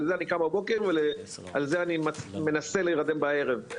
על זה אני קם בבוקר ועל זה אני מנסה להירדם בערב,